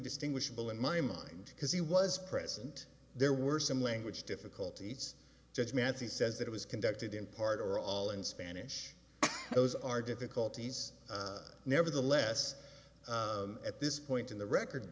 distinguishable in my mind because he was present there were some language difficulties judge matsch he says that was conducted in part or all in spanish those are difficulties nevertheless at this point in the record